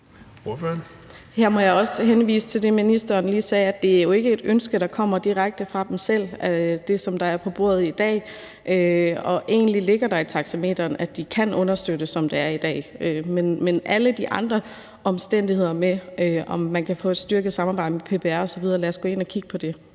må jeg også henvise til det, ministeren lige sagde: Det, der er på bordet i dag, er jo ikke et ønske, der kommer direkte fra dem selv. Og egentlig ligger det i taxameterordningen, at de kan understøtte, sådan som det er i dag. Men med hensyn til alle de andre omstændigheder med, om man kan få et styrket samarbejde med PPR osv., så lad os gå ind og kigge på det.